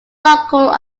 local